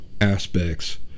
aspects